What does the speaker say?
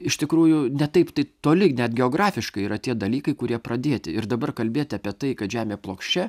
iš tikrųjų ne taip toli net geografiškai yra tie dalykai kurie pradėti ir dabar kalbėti apie tai kad žemė plokščia